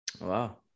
Wow